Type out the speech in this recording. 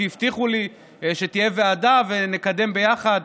שהבטיחו לי שתהיה ועדה ונקדם ביחד.